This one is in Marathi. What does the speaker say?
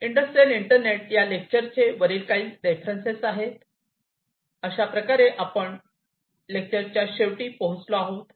इंडस्ट्रियल इंटरनेट या लेक्चर चे वरील काही रेफरन्सेस आहेत अशाप्रकारे आपण लेक्चर च्या शेवटी पोहोचलो आहोत